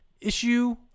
issue